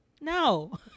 no